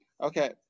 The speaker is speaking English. Okay